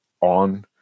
on